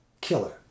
killer